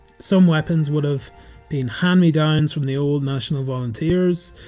some weapons would have been hand-me-downs from the old national volunteers.